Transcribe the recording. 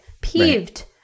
peeved